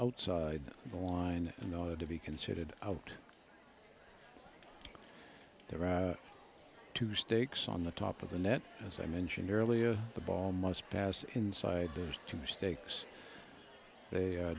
outside the line in order to be considered out there are two stakes on the top of the net as i mentioned earlier the ball must pass inside there's two mistakes they a